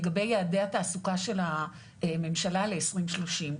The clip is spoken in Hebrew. לגבי יעדי התעסוקה של הממשלה ל-2030.